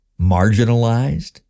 marginalized